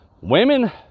Women